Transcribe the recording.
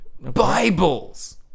Bibles